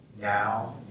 now